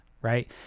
right